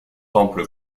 temple